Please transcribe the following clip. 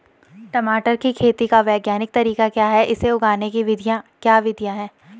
टमाटर की खेती का वैज्ञानिक तरीका क्या है इसे उगाने की क्या विधियाँ हैं?